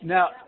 Now